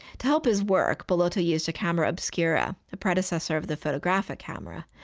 to help his work, bellotto used a camera obscura, the predecessor of the photographic camera,